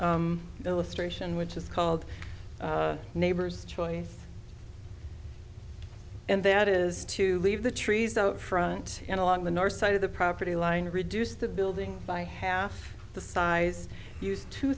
t illustration which is called neighbors choice and that is to leave the trees out front and along the north side of the property line reduce the building by half the size